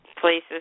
places